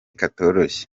katoroshye